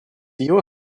его